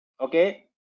Okay